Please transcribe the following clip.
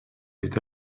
est